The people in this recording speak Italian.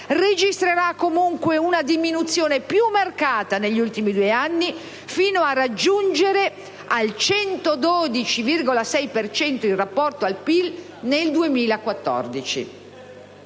registrerà, comunque, una diminuzione più marcata negli ultimi due anni, fino a raggiungere il 112,6 per cento in rapporto al PIL nel 2014.